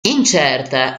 incerta